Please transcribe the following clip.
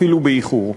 אפילו באיחור.